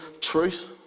truth